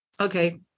Okay